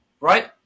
Right